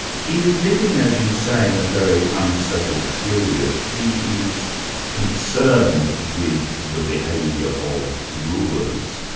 he is living, as you say, in a very unsettled period. he is concerned with the behaviour of rulers.